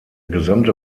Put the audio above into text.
gesamte